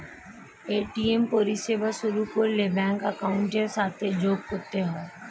ATM পরিষেবা শুরু করলে ব্যাঙ্ক অ্যাকাউন্টের সাথে যোগ করতে হয়